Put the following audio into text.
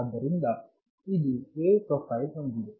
ಆದ್ದರಿಂದ ಇದು wave profile ಹೊಂದಿದೆ